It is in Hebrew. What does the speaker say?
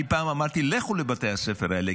אני פעם אמרתי: לכו לבתי הספר האלה,